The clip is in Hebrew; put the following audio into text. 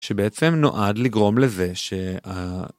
שבעצם נועד לגרום לזה שה...